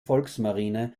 volksmarine